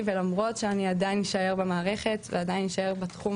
ולמרות שאני עדיין אישאר במערכת ועדיין אישאר בתחום